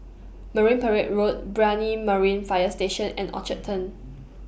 Marine Parade Road Brani Marine Fire Station and Orchard Turn